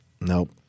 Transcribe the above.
Nope